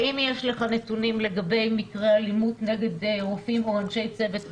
האם יש לך נתונים לגבי מקרי אלימות נגד רופאים או אנשי צוות רפואי?